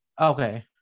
Okay